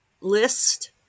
list